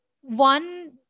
one